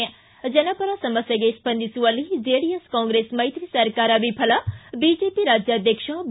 ್ ಜನಪರ ಸಮಸ್ಥೆಗೆ ಸ್ವಂದಿಸುವಲ್ಲಿ ಜೆಡಿಎಸ್ ಕಾಂಗ್ರೆಸ್ ಮೈತ್ರಿ ಸರ್ಕಾರ ವಿಫಲ ಬಿಜೆಪಿ ರಾಜ್ಯಾಧ್ಯಕ್ಷ ಬಿ